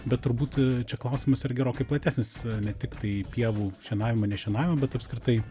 bet turbūt čia klausimas yra gerokai platesnis ne tiktai pievų šienavimo nešienavimo bet apskritai